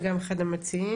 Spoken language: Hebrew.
גם אחד המציעים.